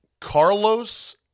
Carlos